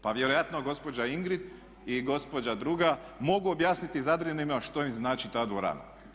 Pa vjerojatno gospođa Ingrid i gospođa druga mogu objasniti Zadranima što im znači ta dvorana.